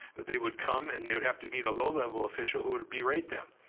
they would come, and they would have to meet a low-level official, who would would berate them.